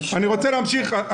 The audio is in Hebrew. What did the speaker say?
אני אומר שוב,